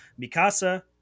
Mikasa